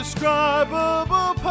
Indescribable